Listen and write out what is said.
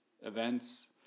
events